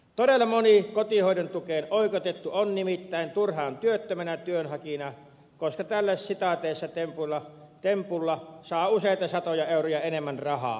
todella moni kotihoidon tukeen oikeutettu on nimittäin turhaan työttömänä työnhakijana koska tällä tempulla saa useita satoja euroja enemmän rahaa kuukaudessa